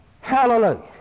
Hallelujah